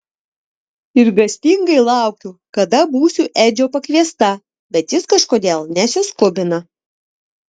išgąstingai laukiu kada būsiu edžio pakviesta bet jis kažkodėl nesiskubina